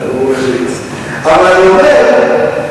אבל אני אומר,